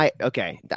okay